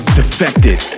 defected